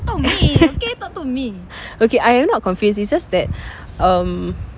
okay I am not confused it's just that um